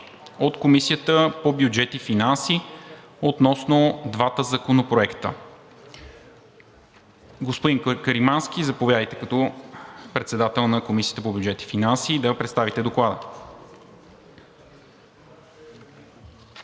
от Комисията по бюджет и финанси относно двата законопроекта. Господин Каримански, заповядайте като председател на Комисията по бюджет и финанси да представите Доклада.